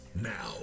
Now